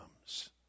comes